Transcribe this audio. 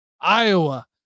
Iowa